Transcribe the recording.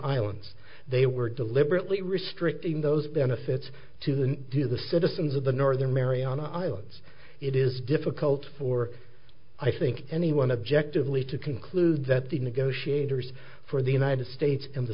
islands they were deliberately restricting those benefits to the do the citizens of the northern mariana islands it is difficult for i think anyone objectively to conclude that the negotiators for the united states and the